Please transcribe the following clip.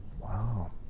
Wow